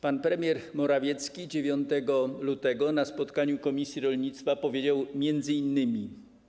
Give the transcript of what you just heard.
Pan premier Morawiecki 9 lutego na spotkaniu komisji rolnictwa powiedział m.in.